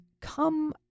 come